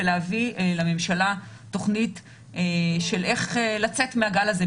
ולהביא לממשלה תוכנית איך לצאת מהגל הזה,